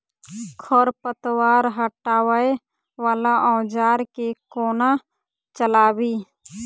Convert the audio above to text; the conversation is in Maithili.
खरपतवार हटावय वला औजार केँ कोना चलाबी?